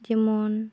ᱡᱮᱢᱚᱱ